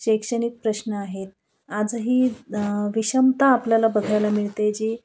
शैक्षणिक प्रश्न आहेत आजही विषमता आपल्याला बघायला मिळते जी